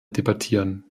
debattieren